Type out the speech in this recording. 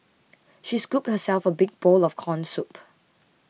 she scooped herself a big bowl of Corn Soup